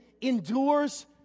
endures